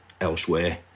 elsewhere